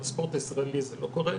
בספורט הישראלי זה לא קורה.